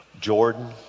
Jordan